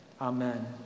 Amen